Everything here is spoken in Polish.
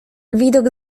widok